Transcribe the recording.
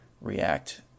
react